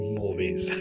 movies